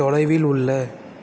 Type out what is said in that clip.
தொலைவில் உள்ள